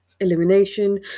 elimination